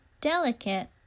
delicate